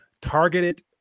targeted